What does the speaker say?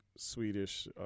Swedish